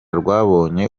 rwabonye